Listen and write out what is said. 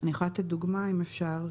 אני יכולה לתת דוגמה, אם אפשר: